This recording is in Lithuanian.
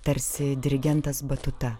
tarsi dirigentas batuta